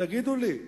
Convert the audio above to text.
תגידו לי,